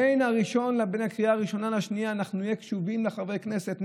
בין הקריאה הראשונה לשנייה אנחנו נהיה קשובים לחברי הכנסת,